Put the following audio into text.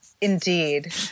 indeed